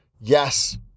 yes